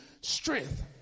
strength